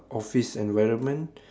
office environment